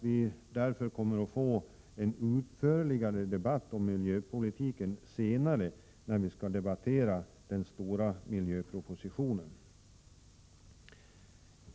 Vi kommer att få en utförligare debatt om miljöpolitiken senare, när vi skall diskutera den stora miljöpropositionen.